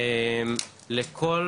לכל